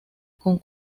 con